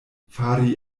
fari